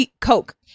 Coke